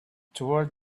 toward